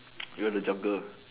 you are the jungle